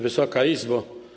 Wysoka Izbo!